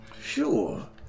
Sure